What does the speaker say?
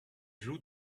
loup